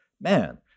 man